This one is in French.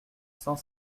cent